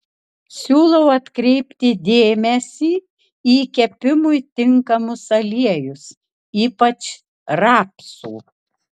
siūlau atkreipti dėmesį į kepimui tinkamus aliejus ypač rapsų